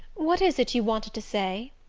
what is it you wanted to say?